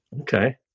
Okay